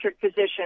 physician